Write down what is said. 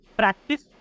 practice